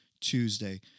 Tuesday